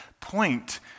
point